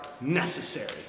necessary